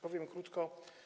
Powiem krótko.